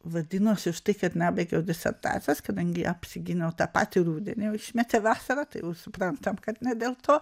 vadinasi už tai kad nebaigiau disertacijos kadangi apsigyniau tą patį rudenį o išmetė vasarą tai jau suprantam kad ne dėl to